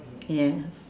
yes